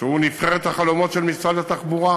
שהוא נבחרת החלומות של משרד התחבורה,